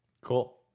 cool